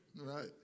right